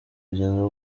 kugeza